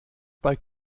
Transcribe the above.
bei